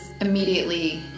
immediately